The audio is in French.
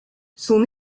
son